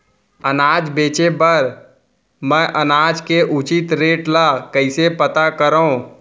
अनाज बेचे बर मैं अनाज के उचित रेट ल कइसे पता करो?